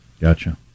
Gotcha